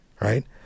right